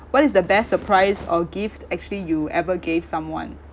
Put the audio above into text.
what is the best surprise or gift actually you ever gave someone